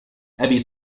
أبي